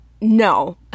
No